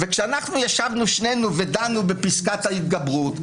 וכשאנחנו ישבנו שנינו ודנו בפסקת ההתגברות,